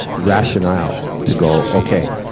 rationale to go, okay,